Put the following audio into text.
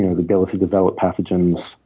you know the ability to develop pathogens,